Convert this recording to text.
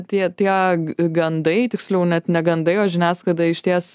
tie tie gandai tiksliau net ne gandai o žiniasklaida išties